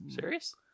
Serious